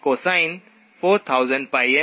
cosine 4000πn1500